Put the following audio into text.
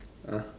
ah